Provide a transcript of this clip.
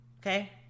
Okay